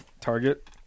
Target